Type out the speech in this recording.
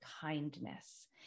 kindness